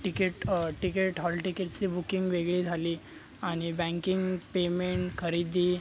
ticket ticket hall तिकीटची booking वेगळी झाली आणि बँकिंग पेमेंट खरीदी